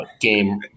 game